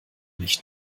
nicht